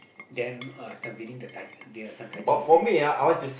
them uh this one winning the title their some title there this one